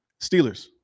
Steelers